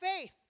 faith